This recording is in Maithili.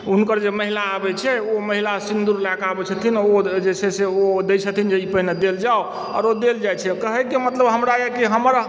हुनकर जे महिला आबैत छै ओ महिला सिन्दूर लए कऽ आबैत छथिन आ ओ जे छै से ओ दै छथिन जे ई पहिने देल जाउ आओर ओ देल जाइत छै कहैके मतलब हमरा यए कि हमरा